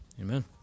Amen